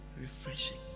refreshing